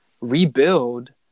rebuild